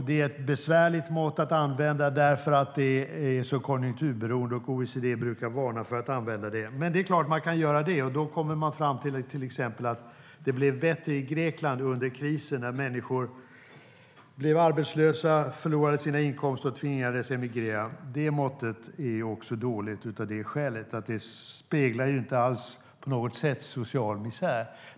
Det är ett besvärligt mått att använda därför att det är så konjunkturberoende, och OECD brukar varna för att använda det. Men det är klart att man kan göra det, och då kommer man till exempel fram till att det blev bättre i Grekland under krisen när människor blev arbetslösa, förlorade sina inkomster och tvingades emigrera. Det måttet är också dåligt, av det skälet att det inte alls på något sätt speglar social misär.